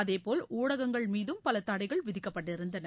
அதேபோல் ஊடகங்கள் மீதம் பல தடைகள் விதிக்கப்பட்டிருந்தன்